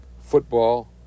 football